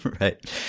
Right